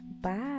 Bye